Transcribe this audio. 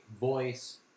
voice